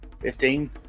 Fifteen